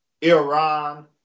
Iran